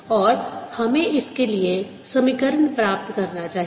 और हमें इसके लिए समीकरण प्राप्त करना चाहिए